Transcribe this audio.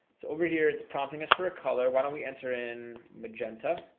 so over here, it's prompting us for a color. why don't we enter in magenta?